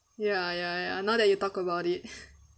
ya ya ya now that you talk about it